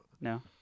No